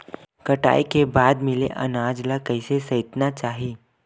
कटाई के बाद मिले अनाज ला कइसे संइतना चाही?